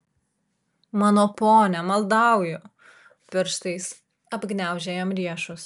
mano pone maldauju pirštais apgniaužė jam riešus